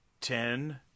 ten